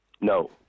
No